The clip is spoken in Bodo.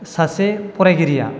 सासे फरायगिरिया